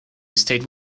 state